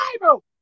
Bible